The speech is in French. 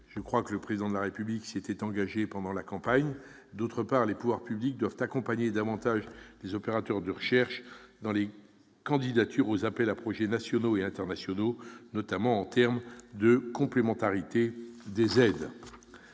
comme le Président de la République s'y est engagé durant la campagne présidentielle, et, d'autre part, que les pouvoirs publics doivent accompagner davantage les opérateurs de recherche dans les candidatures aux appels à projets nationaux et internationaux, notamment en termes de complémentarité des aides.